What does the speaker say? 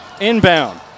Inbound